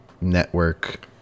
network